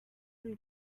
him